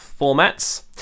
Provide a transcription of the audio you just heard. Formats